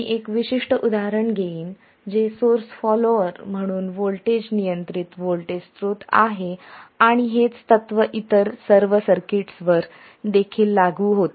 मी एक विशिष्ट उदाहरण घेईन जे सोर्स फॉलॉअर म्हणून व्होल्टेज नियंत्रित व्होल्टेज स्त्रोत आहे आणि हेच तत्व इतर सर्व सर्किट्स वर देखील लागू होते